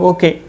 Okay